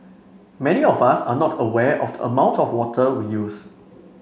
many of us are not aware of the amount of water we use